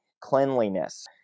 cleanliness